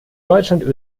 deutschland